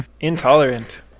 Intolerant